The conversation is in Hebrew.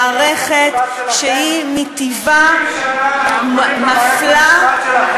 ההחלטה שאתם מבקשים מאתנו להעביר כאן הלילה,